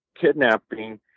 kidnapping